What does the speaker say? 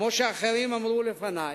כמו שאחרים אמרו לפני,